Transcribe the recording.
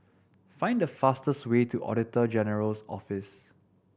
find the fastest way to Auditor General's Office